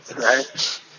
Right